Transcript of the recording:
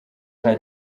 nta